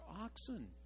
oxen